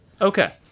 Okay